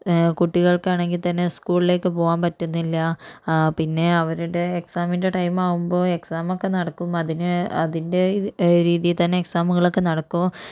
കുട്ടികൾക്കാണെങ്കിൽ തന്നെ സ്കൂളിലേക്ക് പോവാൻ പറ്റുന്നില്ല ആ പിന്നെ അവരുടെ എക്സാമിൻ്റെ ടൈം ആകുമ്പോൾ എക്സാമൊക്കെ നടക്കുമ്പോൾ അതിന് അതിൻ്റെ രീതി തന്നെ എക്സാമ്കളൊക്കെ നടക്കും